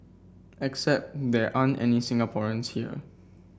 except there aren't any Singaporean tear